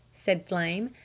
said flame.